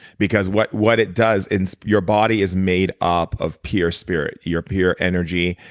because what what it does, and your body is made up of pure spirit, your pure energy.